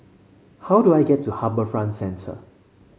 how do I get to HarbourFront Centre